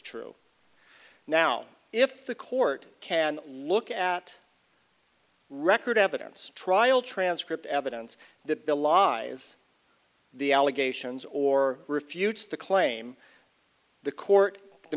true now if the court can look at record evidence trial transcript evidence that belies the allegations or refutes the claim the court the